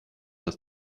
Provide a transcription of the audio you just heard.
das